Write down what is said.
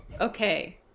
Okay